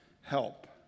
help